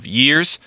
years